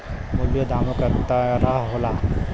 मूल्यों दामे क तरह होला